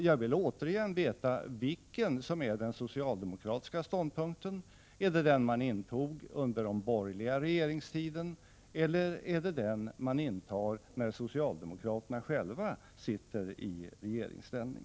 Jag vill veta vilken som är den socialdemokratiska ståndpunkten och frågar därför återigen: Är det den man intog under den borgerliga regeringstiden, eller är det den man intar när socialdemokraterna själva sitter i regeringsställning?